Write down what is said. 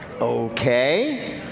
Okay